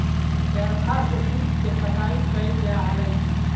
चरखा से सूत के कटाई कैइल जा हलई